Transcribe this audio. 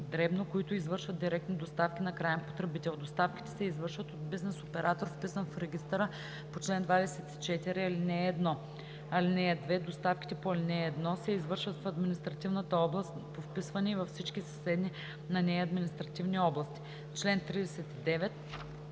дребно, които извършват директни доставки на краен потребител. Доставките се извършват от бизнес оператор, вписан в регистъра по чл. 24, ал. 1. (2) Доставките по ал. 1 се извършват в административната област по вписване и във всички съседни на нея административни области.“ По чл.